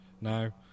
now